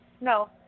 No